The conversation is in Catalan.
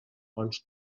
bons